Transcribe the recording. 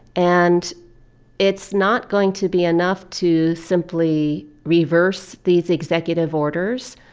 and it's not going to be enough to simply reverse these executive orders,